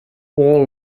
all